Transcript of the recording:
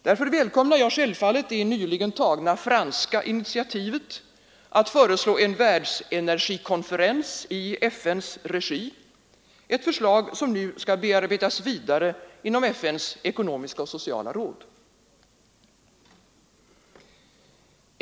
Därför välkomnar jag självfallet det nyligen tagna franska initiativet att föreslå en världsenergikonferens i FN:s regi, ett förslag som nu skall bearbetas vidare inom FN:s ekonomiska och sociala råd.